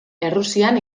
errusian